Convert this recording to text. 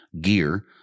gear